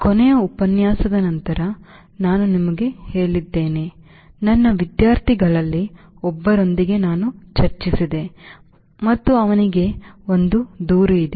ಮತ್ತು ಕೊನೆಯ ಉಪನ್ಯಾಸದ ನಂತರ ನಾನು ನಿಮಗೆ ಹೇಳುತ್ತೇನೆ ನನ್ನ ವಿದ್ಯಾರ್ಥಿಗಳಲ್ಲಿ ಒಬ್ಬರೊಂದಿಗೆ ನಾನು ಚರ್ಚಿಸಿದೆ ಮತ್ತು ಅವನಿಗೆ ದೂರು ಇದೆ